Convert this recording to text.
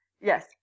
Yes